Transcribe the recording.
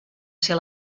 ser